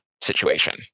Situation